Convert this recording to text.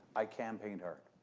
i campaigned hard.